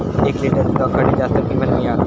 एक लिटर दूधाक खडे जास्त किंमत मिळात?